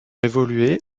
évoluer